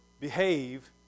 behave